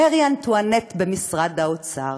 מרי אנטואנט במשרד האוצר,